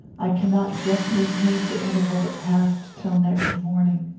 i cannot justly paint the interval that passed till next morning.